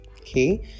okay